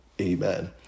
amen